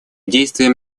действиям